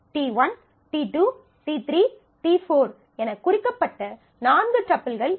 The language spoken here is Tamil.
t1 t2 t3 t4 எனக் குறிக்கப்பட்ட நான்கு டப்பில்கள் இவை